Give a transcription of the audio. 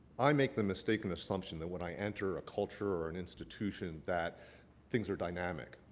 i make the mistaken assumption that when i enter a culture or an institution, that things are dynamic.